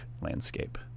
landscape